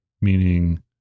meaning